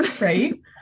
right